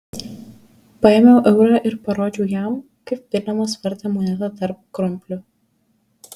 paėmiau eurą ir parodžiau jam kaip vilemas vartė monetą tarp krumplių